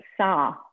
saw